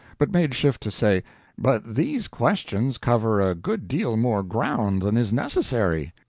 but made shift to say but these questions cover a good deal more ground than is necessary.